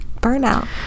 burnout